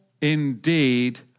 indeed